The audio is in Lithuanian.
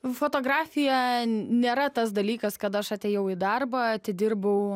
fotografija nėra tas dalykas kad aš atėjau į darbą atidirbau